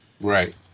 Right